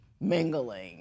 mingling